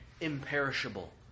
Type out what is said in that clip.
imperishable